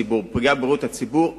בבריאות הציבור.